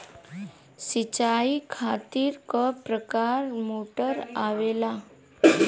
सिचाई खातीर क प्रकार मोटर आवेला?